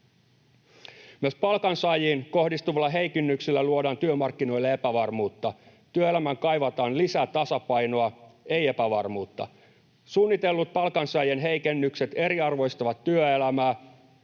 Myös palkansaajiin kohdistuvilla heikennyksillä luodaan työmarkkinoille epävarmuutta. Työelämään kaivataan lisää tasapainoa, ei epävarmuutta. Suunnitellut palkansaajien heikennykset eriarvoistavat työelämää.